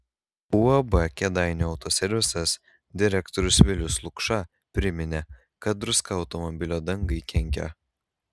uab kėdainių autoservisas direktorius vilius lukša priminė kad druska automobilio dangai kenkia